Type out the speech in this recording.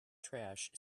trash